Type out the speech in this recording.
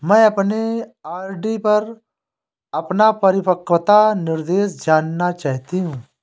मैं अपने आर.डी पर अपना परिपक्वता निर्देश जानना चाहती हूँ